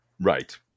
Right